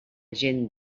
gent